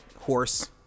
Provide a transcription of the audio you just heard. horse